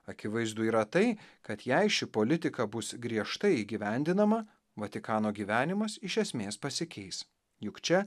akivaizdu yra tai kad jei ši politika bus griežtai įgyvendinama vatikano gyvenimas iš esmės pasikeis juk čia